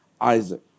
Isaac